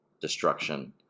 destruction